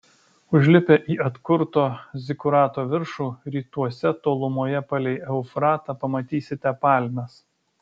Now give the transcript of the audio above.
užlipę į atkurto zikurato viršų rytuose tolumoje palei eufratą pamatysite palmes